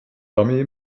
dummy